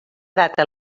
data